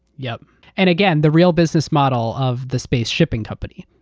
yeah and again, the real business model of the space shipping company.